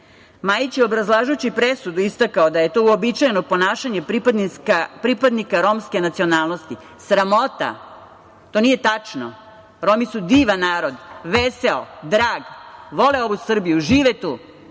Majić je, obrazlažući presudu, istakao da je to uobičajeno ponašanje pripadnika romske nacionalnosti. Sramota. To nije tačno. Romi su divan narod, veseo, drag, vole ovu Srbiju, žive tu.